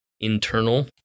internal